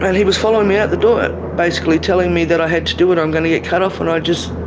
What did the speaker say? and he was following me out the door basically telling me that i had to do it, i'm going to get cut off, and i just.